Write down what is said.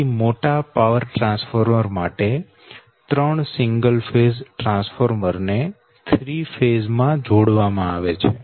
તેથી મોટા power transformer માટે 3 સિંગલ ફેઝ ટ્રાન્સફોર્મર ને 3 ફેઝ માં જોડવામાં આવે છે